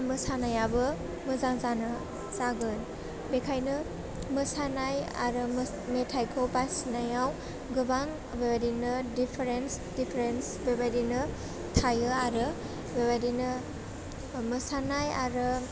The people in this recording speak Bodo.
मोसानायाबो मोजां जानो जागोन बेखायनो मोसानाय आरो मेथाइखौ बासिनायाव गोबां बेबायदिनो डिपारेन्स डिपारेन्स बेबायदिनो थायो आरो बेबायदिनो मोसानाय आरो